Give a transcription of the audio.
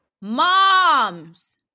Moms